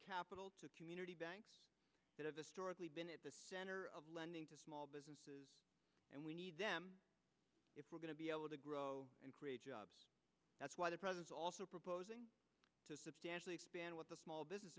capital to community banks that have historically been at the center of lending to small businesses and we need them if we're going to be able to grow and create jobs that's why the president also proposed to substantially expand what the small business